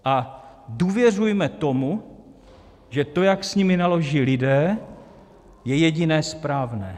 A důvěřujme tomu, že to, jak s nimi naloží lidé, je jediné správné.